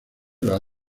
las